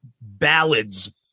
ballads